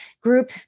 group